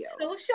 Social